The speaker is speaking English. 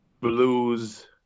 blues